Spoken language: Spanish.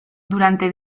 durante